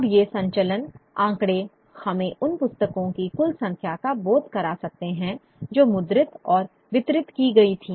अब ये संचलन आंकड़े हमें उन पुस्तकों की कुल संख्या का बोध करा सकते हैं जो मुद्रित और वितरित की गई थीं